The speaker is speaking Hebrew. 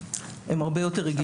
הן הרבה יותר רגישות.